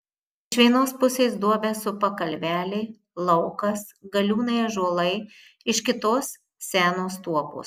iš vienos pusės duobę supa kalvelė laukas galiūnai ąžuolai iš kitos senos tuopos